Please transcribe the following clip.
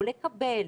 או לקבל